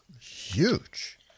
huge